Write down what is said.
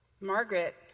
Margaret